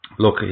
Look